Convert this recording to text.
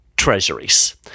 Treasuries